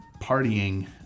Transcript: partying